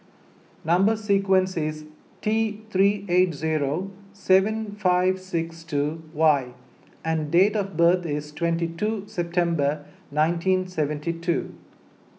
Number Sequence is T three eight zero seven five six two Y and date of birth is twenty two September nineteen seventy two